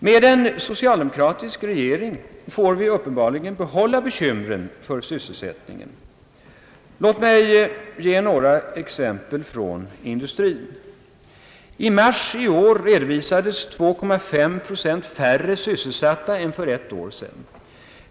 Med en socialdemokratisk regering får vi uppenbarligen behålla bekymren för sysselsättningen. Låt mig ge några exempel från industrin. I mars i år redovisades 2,5 procent färre sysselsatta än för ett år sedan.